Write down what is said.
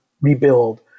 rebuild